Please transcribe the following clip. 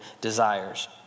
desires